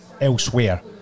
elsewhere